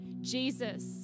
Jesus